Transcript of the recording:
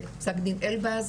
זה פסק דין אלבז,